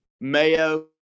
Mayo